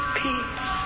peace